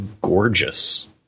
gorgeous